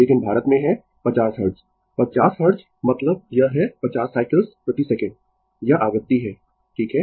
लेकिन भारत में है 50 हर्ट्ज 50 हर्ट्ज मतलब यह है 50 साइकल्स प्रति सेकंड यह आवृत्ति है ठीक है